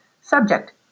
Subject